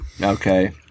Okay